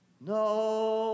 No